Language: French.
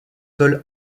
sol